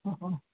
অ' অ'